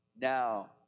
now